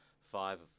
five